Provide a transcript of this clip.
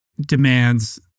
demands